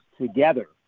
together